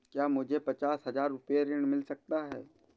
क्या मुझे पचास हजार रूपए ऋण मिल सकता है?